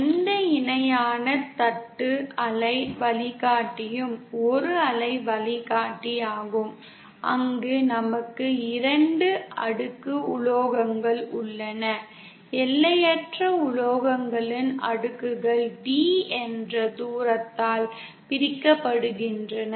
எந்த இணையான தட்டு அலை வழிகாட்டியும் ஒரு அலை வழிகாட்டியாகும் அங்கு நமக்கு 2 அடுக்கு உலோகங்கள் உள்ளன எல்லையற்ற உலோகங்களின் அடுக்குகள் d என்ற தூரத்தால் பிரிக்கப்படுகின்றன